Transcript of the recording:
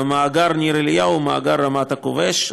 מאגר ניר אליהו ומאגר רמת הכובש.